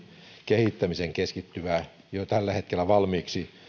kehittämiseen keskittyvä jo tällä hetkellä valmiiksi